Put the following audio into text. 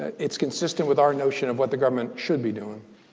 it's consistent with our notion of what the government should be doing.